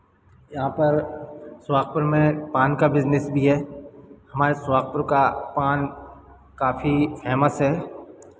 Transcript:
यहाँ पर सोहागपुर में पान का बिज़नेस भी है हमारे सोहागपुर का पान काफी फेमस है